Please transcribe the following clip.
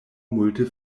multe